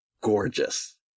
gorgeous